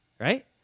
right